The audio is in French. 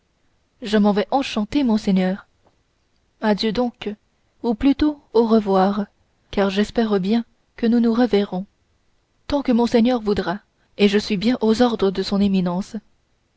je m'en vais enchanté monseigneur adieu donc ou plutôt à revoir car j'espère que nous nous reverrons tant que monseigneur voudra et je suis bien aux ordres de son éminence